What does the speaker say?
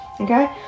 Okay